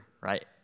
right